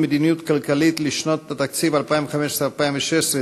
המדיניות הכלכלית לשנות התקציב 2015 ו-2016),